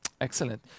Excellent